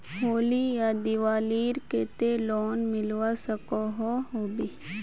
होली या दिवालीर केते लोन मिलवा सकोहो होबे?